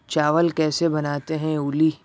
چاول کیسے بناتے ہیں اولی